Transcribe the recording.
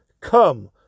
come